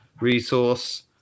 resource